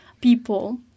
people